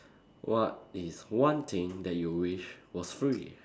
what is one thing that you wish was free